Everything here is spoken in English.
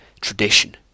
tradition